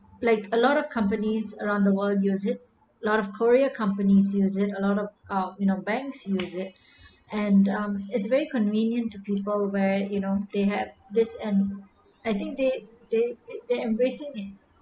like a lot of companies around the world use it a lot of korea companies use it a lot of oh you know banks use it and um it's very convenient to people where you know they have this and I think they they they embracing it